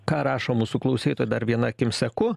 ką rašo mūsų klausytojai dar viena akim seku